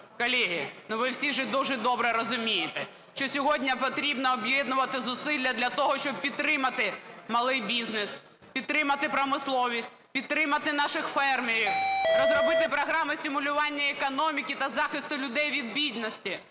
Колеги, ну, ви всі же дуже добре розумієте, що сьогодні потрібно об'єднувати зусилля для того, щоб підтримати малий бізнес, підтримати промисловість, підтримати наших фермерів, розробити програму стимулювання економіки та захисту людей від бідності.